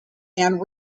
and